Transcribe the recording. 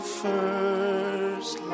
first